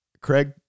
Craig